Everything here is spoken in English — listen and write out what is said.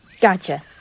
Gotcha